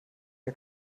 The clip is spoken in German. der